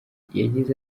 yagize